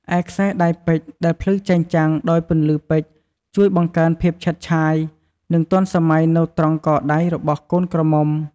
ឯខ្សែដៃពេជ្រដែលភ្លឺចែងចាំងដោយពន្លឺពេជ្រជួយបង្កើនភាពឆើតឆាយ និងទាន់សម័យនៅត្រង់កដៃរបស់កូនក្រមុំ។